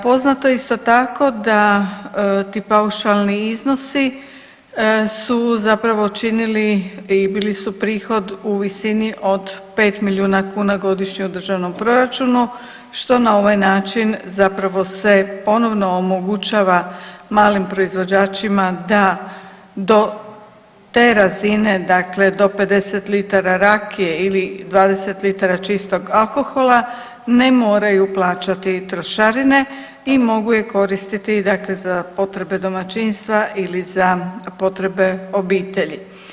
Poznato je isto tako da ti paušalni iznosi su zapravo činili i bili su prihod u visini od 5 milijuna kuna godišnje u državnom proračunu što na ovaj način zapravo se ponovno omogućava malim proizvođačima da do te razine dakle do 50 litara rakije ili 20 litara čistog alkohola ne moraju plaćati trošarine i mogu je koristiti dakle za potrebe domaćinstva ili za potrebe obitelji.